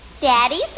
Daddy